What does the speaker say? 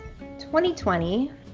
2020